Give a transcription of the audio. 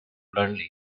bluntly